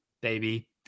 baby